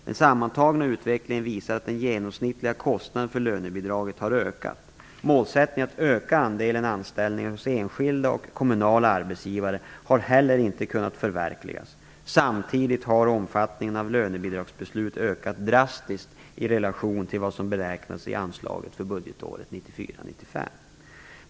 Den sammantagna utvecklingen visar att den genomsnittliga kostnaden för lönebidraget har ökat. Målsättningen att öka andelen anställningar hos enskilda och kommunala arbetsgivare har heller inte kunnat förverkligas. Samtidigt har omfattningen av lönebidragsbeslut ökat drastiskt i relation till vad som beräknas i anslaget för budgetåret 1994/95.